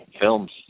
films